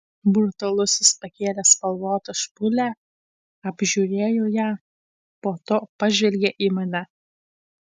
brutalusis pakėlė spalvotą špūlę apžiūrėjo ją po to pažvelgė į mane